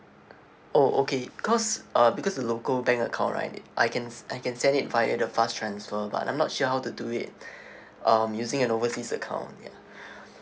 oh okay cause uh because the local bank account right I can se~ I can send it via the fast transfer but I'm not sure how to do it um using an overseas account ya